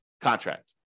contract